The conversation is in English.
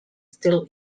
still